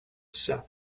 set